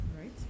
right